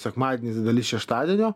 sekmadienis dalis šeštadienio